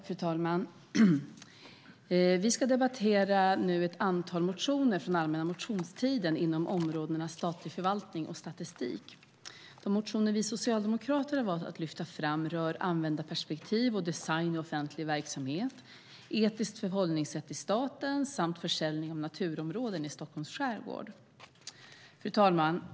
Fru talman! Vi ska nu debattera ett antal motioner från allmänna motionstiden inom områdena statlig förvaltning och statistik. De motioner vi socialdemokrater har valt att lyfta fram rör användarperspektiv och design i offentlig verksamhet, etiskt förhållningssätt i staten samt försäljning av naturområden i Stockholms skärgård. Fru talman!